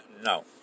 No